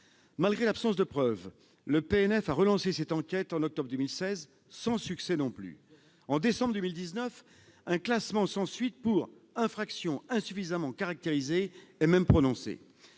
Malgré l'absence de preuves, le parquet national financier l'a relancée en octobre 2016, sans succès non plus. En décembre 2019, un classement sans suite pour « infraction insuffisamment caractérisée » est même prononcé.